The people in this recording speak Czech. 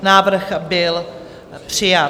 Návrh byl přijat.